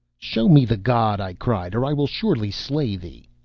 show me the god, i cried, or i will surely slay thee.